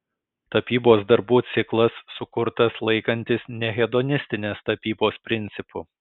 tapybos darbų ciklas sukurtas laikantis nehedonistinės tapybos principų